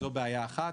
זאת בעיה אחת.